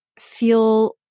feel